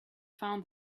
found